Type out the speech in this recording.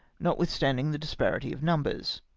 notwithstanding the disparity of numbers.